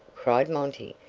cried monty.